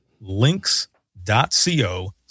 links.co